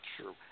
true